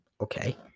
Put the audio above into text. okay